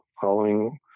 following